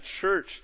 church